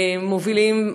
מובילה,